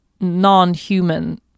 non-human